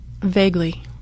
Vaguely